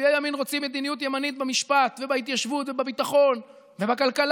מצביעי ימין רוצים מדיניות ימנית במשפט ובהתיישבות ובביטחון ובכלכלה,